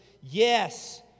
Yes